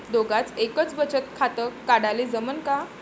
दोघाच एकच बचत खातं काढाले जमनं का?